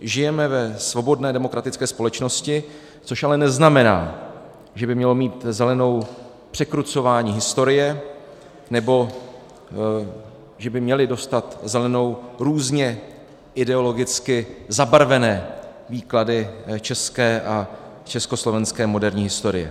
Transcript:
Žijeme ve svobodné demokratické společnosti, což ale neznamená, že by mělo mít zelenou překrucování historie nebo že by měly dostat zelenou různě ideologicky zabarvené výklady české a československé moderní historie.